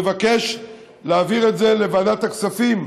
אני מבקש להעביר את זה לוועדת הכספים.